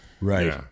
Right